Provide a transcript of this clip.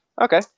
Okay